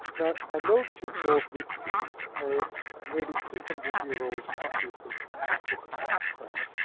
now i know that you've brought with you a nearly two hundred year old copy of the the book of common prayer,